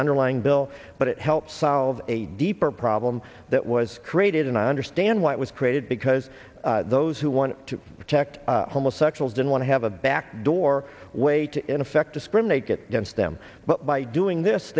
underlying bill but it helped solve a deeper problem that was created and i understand why it was created because those who want to protect homosexuals didn't want to have a backdoor way to in effect discriminate against them but by doing this